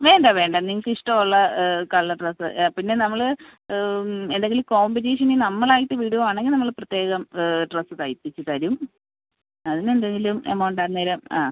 വേണ്ട വേണ്ട നിങ്ങൾക്ക് ഇഷ്ടം ഉള്ള കളർ ഡ്രസ്സ് പിന്നെ നമ്മൾ ഏതെങ്കിലും കോമ്പറ്റിഷനിൽ നമ്മൾ ആയിട്ട് വിടുകയാണെങ്കിൽ നമ്മൾ പ്രത്യേകം ഡ്രസ്സ് തയ്പ്പിച്ച് തരും അതിന് എന്തെങ്കിലും എമൗണ്ട് അന്നേരം ആ